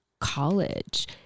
college